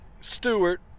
Stewart